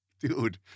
dude